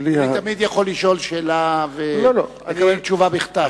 אדוני תמיד יכול לשאול שאלה ולקבל תשובה בכתב.